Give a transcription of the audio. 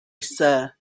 sir